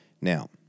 Now